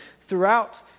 throughout